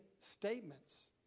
statements